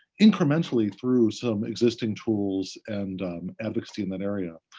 incrementally, through some existing tools and advocacy in that area.